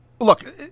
look